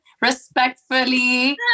respectfully